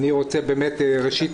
ראשית,